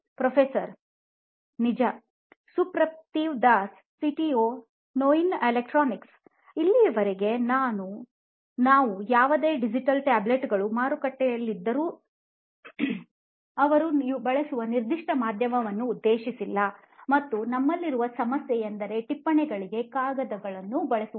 professor ನಿಜ Suprativ Das C T O ನೋಯಿನ್ electronics ಇಲ್ಲಿಯವರೆಗೆ ನಾವು ಯಾವುದೇ ಡಿಜಿಟಲ್ ಟ್ಯಾಬ್ಲೆಟ್ಗಳು ಮಾರುಕಟ್ಟೆಯಲ್ಲಿ ಇದ್ದರೂ ಅವರು ಬಳಸುವ ನಿರ್ದಿಷ್ಟ ಮಾಧ್ಯಮವನ್ನು ಉದ್ದೇಶಿಸಿಲ್ಲ ಮತ್ತು ನಮ್ಮಲ್ಲಿರುವ ಸಮಸ್ಯೆ ಎಂದರೆ ಟಿಪ್ಪಣಿಗಳಿಗೆ ಕಾಗದಗಳನ್ನು ಬಳಸುವುದು